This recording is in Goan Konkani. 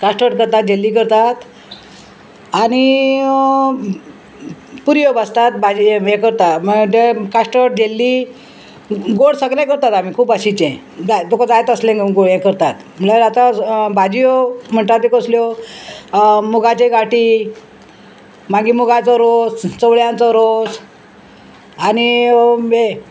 कास्टड करता जिल्ली करतात आनी पुरयो बाजतात भाजी हे करता ते कास्टड झेल्ली गोड सगळें करतात आमी खूब बाशेचे जाय तुका जायत तसले हे करतात म्हणल्यार आतां भाजयो म्हणटा त्यो कसल्यो मुगाचे गाटी मागीर मुगाचो रोस चवळ्यांचो रोस आनी हें